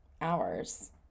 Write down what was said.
hours